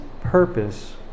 purpose